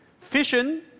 fission